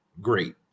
great